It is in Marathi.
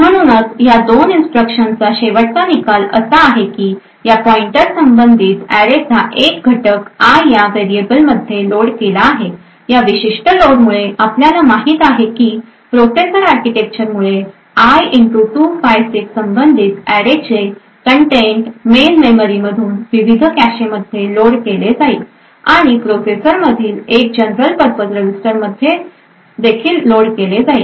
म्हणूनच या दोन इन्स्ट्रक्शनसचा शेवटचा निकाल असा आहे की या पॉईंटरशी संबंधित अॅरेचा एक घटक i या व्हेरिएबलमध्ये लोड केला आहे या विशिष्ट लोडमुळे आपल्याला माहित आहे की प्रोसेसर आर्किटेक्चरमुळेi 256 संबंधितअॅरेची सामग्री मेन मेमरीमधून विविध कॅशेमध्ये लोड केली जाईल आणि प्रोसेसर मधील एका जनरल पर्पज रजिस्टर मध्ये देखील लोड केली जाईल